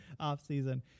offseason